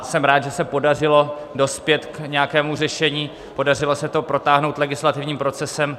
Jsem rád, že se podařilo dospět k nějakému řešení, podařilo se to protáhnout legislativním procesem.